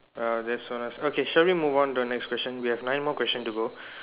uh that's so nice okay shall we move on to the next question we have nine more question to go